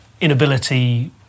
inability